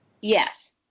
Yes